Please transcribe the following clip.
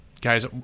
guys